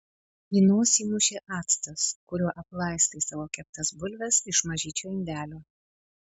į nosį mušė actas kuriuo aplaistai savo keptas bulves iš mažyčio indelio